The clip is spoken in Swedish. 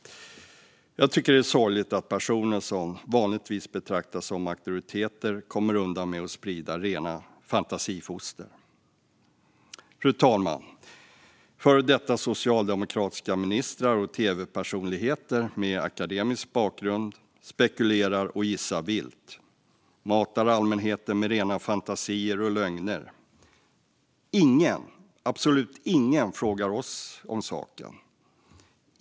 Jag tycker att det är sorgligt att personer som vanligtvis betraktas som auktoriteter kommer undan med att sprida rena fantasifoster. Fru talman! Före detta socialdemokratiska ministrar och tv-personligheter med akademisk bakgrund spekulerar och gissar vilt. De matar allmänheten med rena fantasier och lögner. Ingen, absolut ingen, frågar oss om saken.